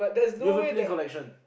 you have a play collection